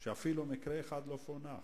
ואפילו מקרה אחד לא פוענח.